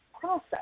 process